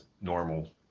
normal